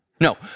No